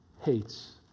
hates